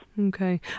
Okay